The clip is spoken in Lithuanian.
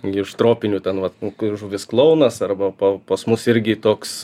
gi iš tropinių ten vat kur žuvis klounas arba pa pas mus irgi toks